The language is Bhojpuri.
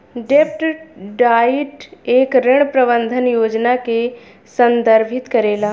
डेब्ट डाइट एक ऋण प्रबंधन योजना के संदर्भित करेला